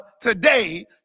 today